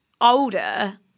older